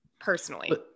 personally